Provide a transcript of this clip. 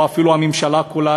או אפילו הממשלה כולה,